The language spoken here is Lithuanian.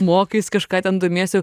mokais kažką ten domiesi